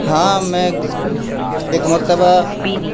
ہاں میں ایک مرتبہ